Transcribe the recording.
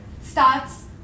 starts